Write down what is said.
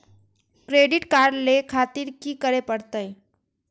Credit card ले खातिर की करें परतें?